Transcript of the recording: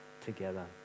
together